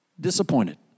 disappointed